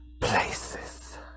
places